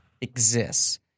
exists